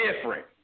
different